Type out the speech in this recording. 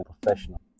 professional